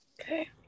Okay